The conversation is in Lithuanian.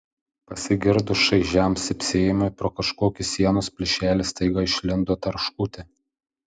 pasigirdus šaižiam cypsėjimui pro kažkokį sienos plyšelį staiga išlindo tarškutė